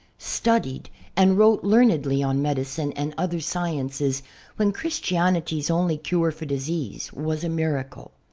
studied and wrote learnedly on medicine and other sciences when christianity's only cure for disease was a miracle.